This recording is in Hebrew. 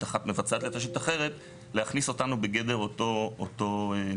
אחת מבצעת לתשתית אחרת להכניס אותנו בגדר אותם מגבלות.